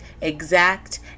exact